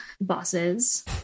bosses